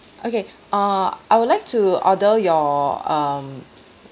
okay uh I would like to order your um